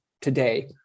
today